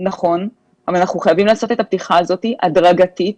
אין מסגרת,